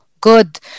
good